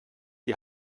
die